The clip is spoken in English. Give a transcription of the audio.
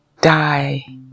die